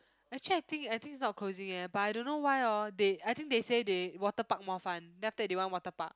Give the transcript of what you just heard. actually I think I think it's not closing eh but I don't know why hor they I think they say they water park more fun then after that they want water park